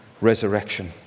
resurrection